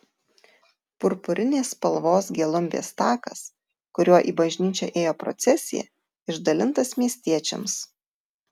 purpurinės spalvos gelumbės takas kuriuo į bažnyčią ėjo procesija išdalintas miestiečiams